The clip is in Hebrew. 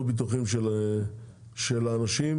אני גם בעד העניין הזה ובזה אנחנו נבקש מהחקלאים מהארגון שלהם,